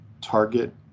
target